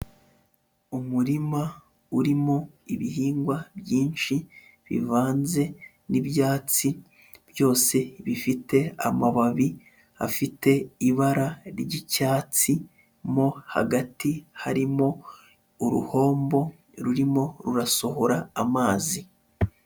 Umurima urimo ibihingwa byinshi bivanze n'ibyatsi, byose bifite amababi afite ibara ry'icyatsi mo hagati harimo uruhombo rurimo rurasohora amazi.